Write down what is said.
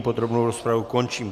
Podrobnou rozpravu končím.